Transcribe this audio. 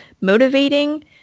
motivating